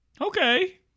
Okay